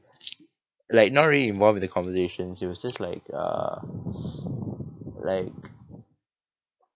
like not really involved in the conversation he was just like uh like